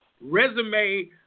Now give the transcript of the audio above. resume